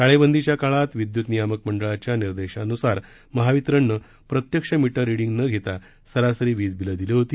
टाळेबंदीच्या काळात विद्युत नियामक मंडळाच्या निर्देशानुसार महावितरणनं प्रत्यक्ष मिटर रिडींग न घेता सरासरी विज बिलं दिली होती